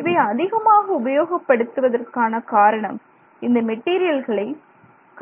இவை அதிகமாக உபயோகப்படுத்துவதன் காரணம் இந்த மெட்டீரியலை